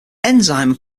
enzymes